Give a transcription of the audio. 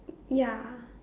ya